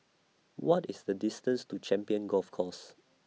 What IS The distance to Champions Golf Course